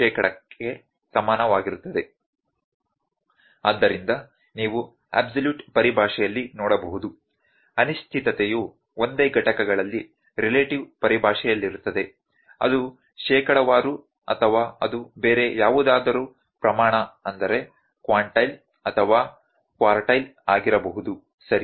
ಆದ್ದರಿಂದ ನೀವು ಅಬ್ಸಲ್ಯೂಟ್ ಪರಿಭಾಷೆಯಲ್ಲಿ ನೋಡಬಹುದು ಅನಿಶ್ಚಿತತೆಯು ಒಂದೇ ಘಟಕಗಳಲ್ಲಿ ರಿಲೇಟಿವ್ ಪರಿಭಾಷೆಯಲ್ಲಿರುತ್ತದೆ ಅದು ಶೇಕಡಾವಾರು ಅಥವಾ ಅದು ಬೇರೆ ಯಾವುದಾದರೂ ಪ್ರಮಾಣ ಅಥವಾ ಕ್ವಾರ್ಟೈಲ್ ಆಗಿರಬಹುದು ಸರಿ